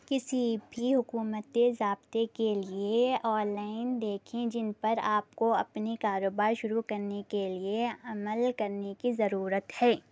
کسی بھی حکومتی ضابطے کے لیے آن لائن دیکھیں جن پر آپ کو اپنے کاروبار شروع کرنے کے لیے عمل کرنے کی ضرورت ہے